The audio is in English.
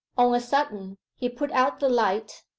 on a sudden he put out the light.